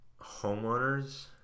homeowners